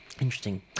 Interesting